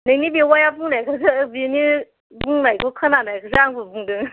नोंनि बेवाइया बुंनायखौसो बिनि बुंनायखौ खोनानायखौसो आंबो बुंदों